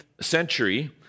century